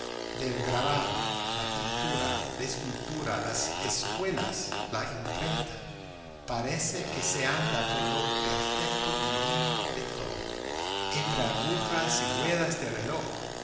del grabado la pintura la escultura las escuelas la imprenta parece que se anda por lo perfecto y fino de todo entre agujas y ruedas de reloj